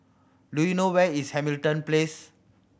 do you know where is Hamilton Place